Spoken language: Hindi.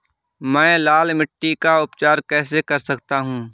मैं लाल मिट्टी का उपचार कैसे कर सकता हूँ?